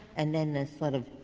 and then sort of